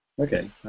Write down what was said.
Okay